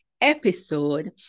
episode